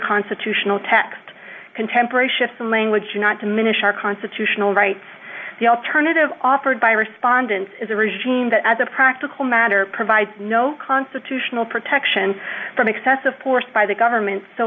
constitutional text contemporary shifts in language not diminish our constitutional rights the alternative offered by respondents is a regime that as a practical matter provides no constitutional protection from excessive force by the government so